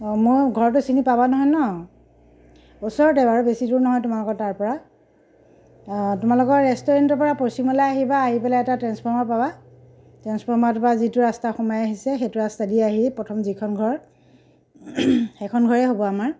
অঁ মোৰ ঘৰটো চিনি পাবা নহয় ন ওচৰতে বাৰু বেছি দূৰ নহয় তোমালোকৰ তাৰ পৰা অঁ তোমালোকৰ ৰেষ্টুৰেন্টৰ পৰা পশ্চিমলৈ আহিবা আহি পেলাই এটা ট্ৰেন্সফৰ্মাৰ পাবা ট্ৰেন্সফৰ্মাৰটোৰ পৰা যিটো ৰাস্তা সোমাই আহিছে সেইটো ৰাস্তাইদি আহি প্ৰথম যিখন ঘৰ সেইখন ঘৰেই হ'ব আমাৰ